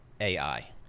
AI